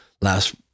last